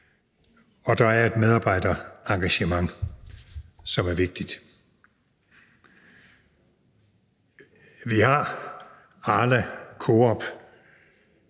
og der er et medarbejderengagement, som er vigtigt. Vi har Arla, Coop,